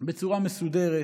בצורה מסודרת.